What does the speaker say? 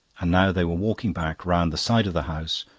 and now they were walking back, round the side of the house,